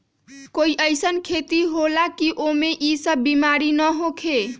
कोई अईसन खेती होला की वो में ई सब बीमारी न होखे?